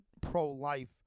pro-life